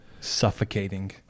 suffocating